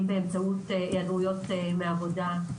הם אלה שמגשרים על הפער הזה כרגע באמצעות היעדרויות מעבודה,